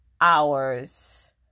hours